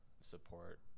support